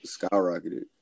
skyrocketed